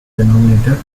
denominator